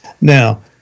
Now